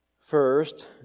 First